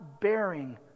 bearing